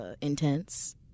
intense